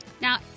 Now